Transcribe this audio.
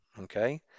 okay